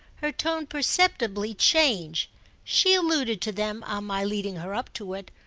her tone perceptibly changed she alluded to them, on my leading her up to it,